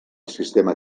sistema